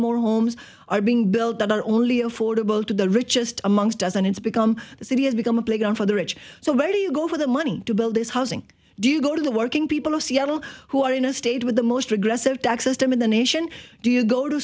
more homes are being built that are only affordable to the richest amongst doesn't it's become the city has become a playground for the rich so where do you go for the money to build this housing do you go to the working people of seattle who are in a state with the most regressive tax system in the nation do you go to